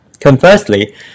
Conversely